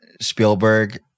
Spielberg